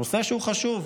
נושא שהוא חשוב,